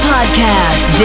Podcast